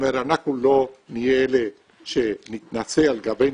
אנחנו לא נהיה אלה שנתנסה על גבנו,